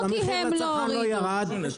המחיר לצרכן לא ירד,